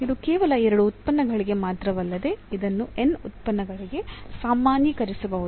ಇದು ಕೇವಲ ಎರಡು ಉತ್ಪನ್ನಗಳಿಗೆ ಮಾತ್ರವಲ್ಲದೆ ಇದನ್ನು n ಉತ್ಪನ್ನಗಳಿಗೆ ಸಾಮಾನ್ಯೀಕರಿಸಬಹುದು